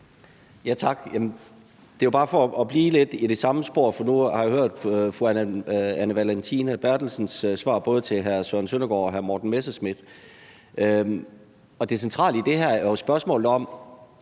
Jamen det er jo bare for at blive lidt i det samme spor, for nu har jeg hørt fru Anne Valentina Berthelsens svar til både hr. Søren Søndergaard og hr. Morten Messerschmidt. Fru Anne Valentina Berthelsen kan